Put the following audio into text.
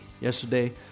Yesterday